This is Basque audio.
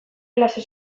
klase